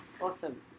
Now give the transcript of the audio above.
Awesome